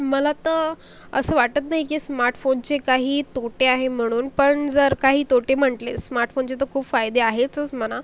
मला तर असं वाटत नाही की स्मार्टफोनचे काही तोटे आहे म्हणून पण जर काही तोटे म्हटले स्मार्टफोनचे तर खूप फायदे आहेचस म्हणा